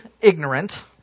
ignorant